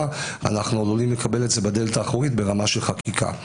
אנחנו עלולים לקבל את זה בדלת האחורית ברמה של חקיקה.